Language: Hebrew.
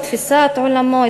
את תפיסת עולמו,